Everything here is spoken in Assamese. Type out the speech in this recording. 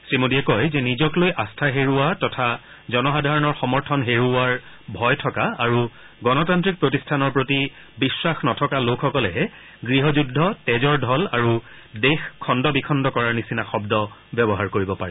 শ্ৰীমোডীয়ে কয় যে নিজক লৈ আস্থা হেৰুওৱা তথা জনসাধাৰণৰ সমৰ্থন হেৰুওৱাৰ ভয় থকা আৰু গণতান্ত্ৰিক প্ৰতিষ্ঠানৰ প্ৰতি বিশ্বাস নথকা লোকসকলেহে গৃহ যুদ্ধ তেজৰ ঢল আৰু দেশ খণ্ড বিখণ্ড কৰাৰ নিচিনা শব্দ ব্যৱহাৰ কৰিব পাৰে